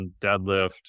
deadlift